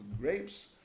grapes